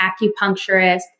acupuncturist